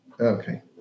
Okay